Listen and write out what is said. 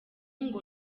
ngo